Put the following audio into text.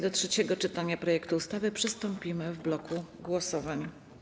Do trzeciego czytania projektu ustawy przystąpimy w bloku głosowań.